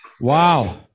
Wow